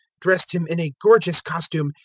dressed him in a gorgeous costume,